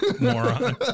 moron